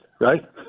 right